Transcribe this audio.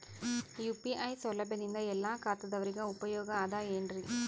UPI ಸೌಲಭ್ಯದಿಂದ ಎಲ್ಲಾ ಖಾತಾದಾವರಿಗ ಉಪಯೋಗ ಅದ ಏನ್ರಿ?